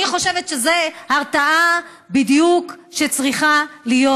אני חושבת שזאת בדיוק ההרתעה שצריכה להיות,